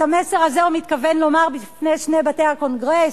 את המסר הזה הוא מתכוון לומר בפני שני בתי הקונגרס?